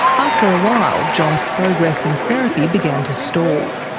after a while, john's progress in therapy began to stall.